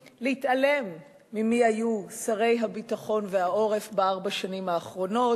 להתעלם ממי שהיו שרי הביטחון והעורף בארבע השנים האחרונות.